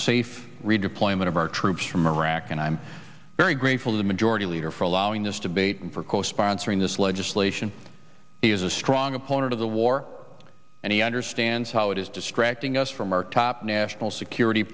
safe redeployment of our troops from iraq and i'm very grateful to the majority leader for allowing this debate and for co sponsoring this legislation he is a strong opponent of the war and he understands how it is distracting us from our top national security